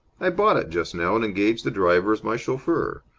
i bought it just now and engaged the driver as my chauffeur,